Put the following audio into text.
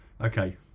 Okay